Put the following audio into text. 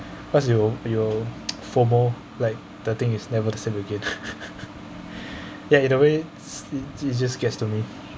what's you your FOMO like the thing is never the same again ya either way it it just gets to me